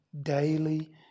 daily